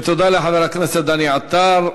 תודה לחבר הכנסת דני עטר.